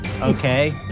Okay